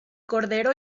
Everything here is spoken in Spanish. cordero